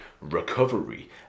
recovery